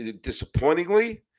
disappointingly